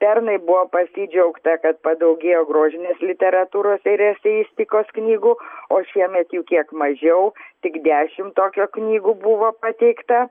pernai buvo pasidžiaugta kad padaugėjo grožinės literatūros ir eseistikos knygų o šiemet jų kiek mažiau tik dešimt tokio knygų buvo pateikta